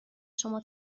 شما